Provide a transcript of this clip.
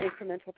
incremental